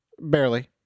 Barely